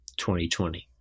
2020